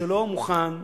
שלא מוכן לקבל,